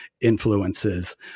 influences